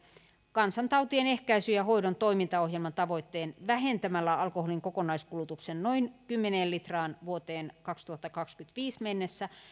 kansantautien ehkäisyn ja hoidon toimintaohjelman tavoitteen vähentämällä alkoholin kokonaiskulutuksen noin kymmeneen litraan vuoteen kaksituhattakaksikymmentäviisi mennessä